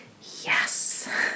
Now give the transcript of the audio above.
Yes